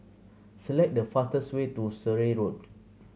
select the fastest way to Surrey Road